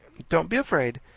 don't be afraid,